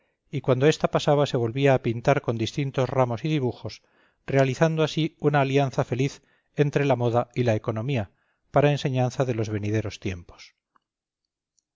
y cuando ésta pasaba se volvía a pintar con distintos ramos y dibujos realizando así una alianza feliz entre la moda y la economía para enseñanza de los venideros tiempos